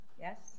yes